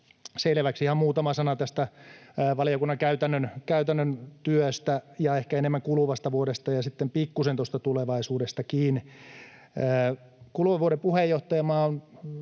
selväksi. Ihan muutama sana tästä valiokunnan käytännön työstä ja ehkä enemmän kuluvasta vuodesta ja sitten pikkuisen tulevaisuudestakin. Kuluvan vuoden puheenjohtajamaa